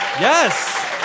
Yes